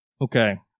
Okay